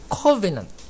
covenant